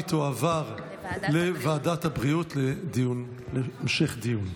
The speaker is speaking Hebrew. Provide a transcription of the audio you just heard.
והיא תועבר לוועדת הבריאות להמשך דיון.